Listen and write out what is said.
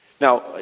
Now